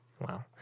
Wow